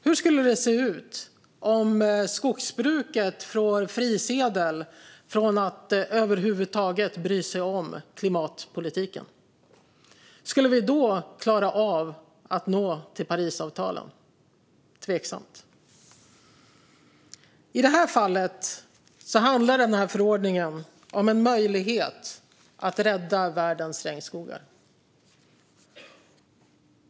Hur skulle det se ut om skogsbruket fick frisedel från att över huvud taget bry sig om klimatpolitiken? Skulle vi då klara av att nå Parisavtalen? Tveksamt! I det här fallet handlar förordningen om en möjlighet att rädda världens regnskogar.